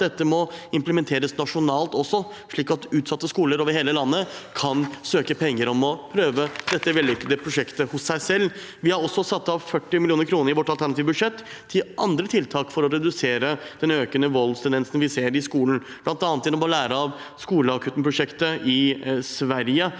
det må implementeres nasjonalt også, slik at utsatte skoler over hele landet kan søke om penger for å prøve dette vellykkede prosjektet hos seg selv. Vi har også satt av 40 mill. kr i vårt alternative budsjett til andre tiltak for å redusere den økende voldstendensen vi ser i skolen, bl.a. gjennom å lære av «skolakuten»-prosjektet i Sverige,